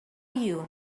you